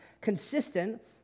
consistent